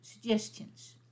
suggestions